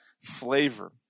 flavor